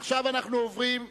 עכשיו אנחנו עוברים ושואלים,